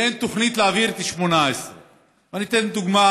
ואין תוכנית להעביר את 2018. אני אתן דוגמה: